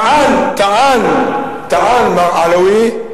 טען מר עלאווי: